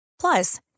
Plus